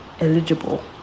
eligible